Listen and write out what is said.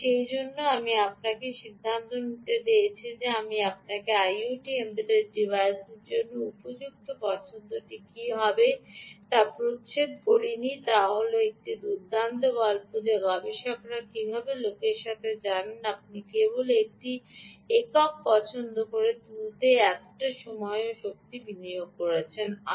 এবং সেইজন্য আমি আপনাকে সিদ্ধান্ত নিতে দিয়েছি যে আপনার আইওটি এম্বেডড ডিভাইসের জন্য উপযুক্ত পছন্দটি কী হবে যা আমরা প্রচ্ছদ করি নি তা হল একটি দুর্দান্ত গল্প যা গবেষকরা কীভাবে লোকেরা জানেন যে আপনি কেবলমাত্র একটি একক পছন্দ করে তুলতে এতটা সময় এবং শক্তি বিনিয়োগ করেছেন